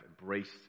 embraced